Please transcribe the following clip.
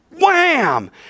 wham